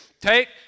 Take